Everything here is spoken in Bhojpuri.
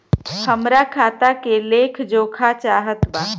हमरा खाता के लेख जोखा चाहत बा?